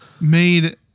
Made